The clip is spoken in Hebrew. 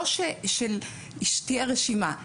לא שתהיה רשימה,